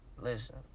Listen